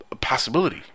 Possibility